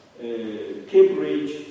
Cambridge